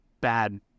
bad